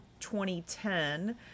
2010